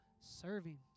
serving